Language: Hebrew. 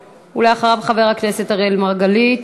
אחריו, חבר הכנסת אראל מרגלית,